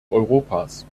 europas